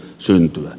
syntyä